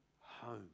home